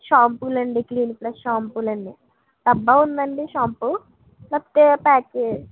షాంపూలు అండి Clinic Plus షాంపూలు అండి డబ్బా ఉందండి షాంపూ లేకపోతే ప్యాక్